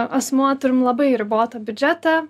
asmuo turim labai ribotą biudžetą